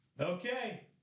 Okay